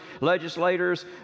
legislators